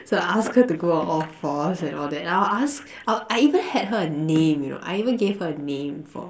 so I'll ask her to go on all fours and all that I'll ask I even had her a name you know I even gave her a name for